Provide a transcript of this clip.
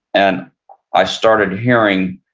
and i started hearing